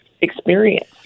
experience